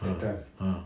uh uh